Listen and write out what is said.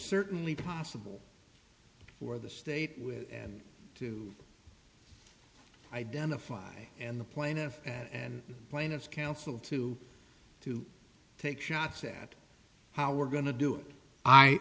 certainly possible for the state with and to identify and the plaintiff and plaintiff's counsel to to take shots at how we're going to do it i